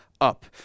up